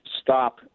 stop